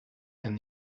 and